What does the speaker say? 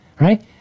right